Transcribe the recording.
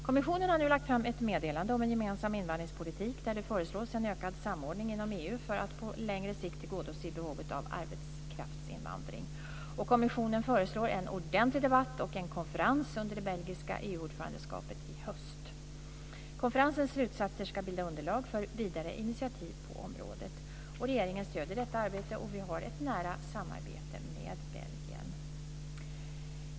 Kommissionen har nu lagt fram ett meddelande om en gemensam invandringspolitik där det föreslås en ökad samordning inom EU för att på längre sikt tillgodose behovet av arbetskraftsinvandring. Kommissionen föreslår en ordentlig debatt och en konferens under det belgiska EU-ordförandeskapet i höst. Konferensens slutsatser ska bilda underlag för vidare initiativ på området. Regeringen stöder detta arbete, och vi har ett nära samarbete med Belgien.